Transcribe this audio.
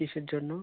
কীসের জন্য